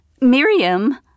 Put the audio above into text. Miriam